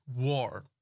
war